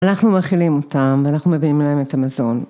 ‫אנחנו מאכילים אותם ‫ואנחנו מביאים להם את המזון.